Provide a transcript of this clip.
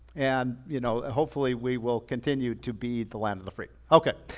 and you know ah hopefully we will continue to be the land of the free. okay.